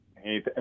Hey